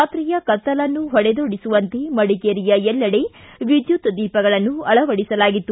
ರಾತ್ರಿಯ ಕತ್ತಲನ್ನೂ ಹೊಡೆದೋಡಿಸುವಂತೆ ಮಡಿಕೇರಿಯ ಎಲ್ಲೆಡೆ ವಿದ್ಯುತ್ ದೀಪಗಳನ್ನು ಅಳವಡಿಸಲಾಗಿತ್ತು